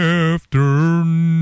afternoon